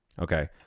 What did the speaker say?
Okay